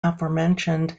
aforementioned